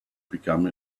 become